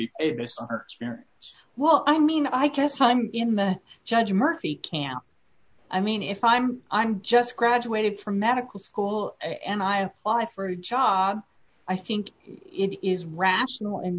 it's well i mean i guess time in the judge murphy can i mean if i'm i'm just graduated from medical school and i apply for a job i think it is rational and